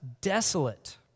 desolate